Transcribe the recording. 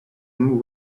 him